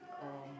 um